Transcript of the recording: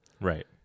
Right